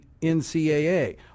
NCAA